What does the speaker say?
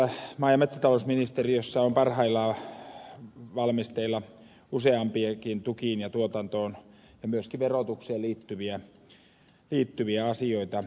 maa ja metsätalousministeriössä on parhaillaan valmisteilla useampiakin tukiin ja tuotantoon ja myöskin verotukseen liittyviä asioita